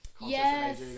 Yes